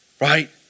right